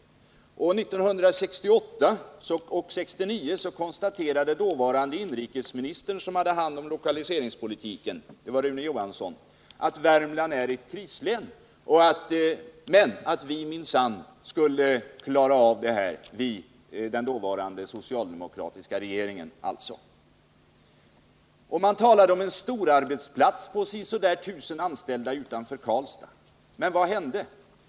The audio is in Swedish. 1968 och 1969 konstaterade den dåvarande inrikesministern Rune Johansson, som hade hand om lokaliseringspolitiken, att Värmland var ett krislän, men att man — dvs. den dåvarande socialdemokratiska regeringen — skulle klara av krisen. Man talade om att uppföra en storarbetsplats utanför Karlstad med ca 1000 anställda. Men vad har hänt?